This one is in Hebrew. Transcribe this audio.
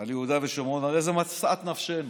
על יהודה ושומרון, הרי זו משאת נפשנו.